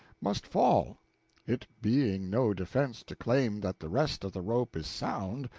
must fall it being no defense to claim that the rest of the rope is sound,